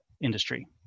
industry